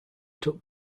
took